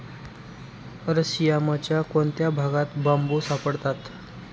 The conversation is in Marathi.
अरशियामाच्या कोणत्या भागात बांबू सापडतात?